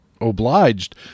Obliged